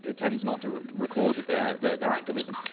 tends not to record their their activism,